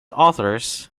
authors